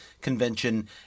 convention